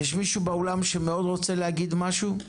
יש מישהו באולם שמאוד רוצה להגיד משהו?